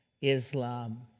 islam